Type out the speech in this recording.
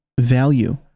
value